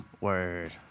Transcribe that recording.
Word